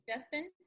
Justin